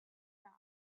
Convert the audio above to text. time